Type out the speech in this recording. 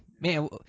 Man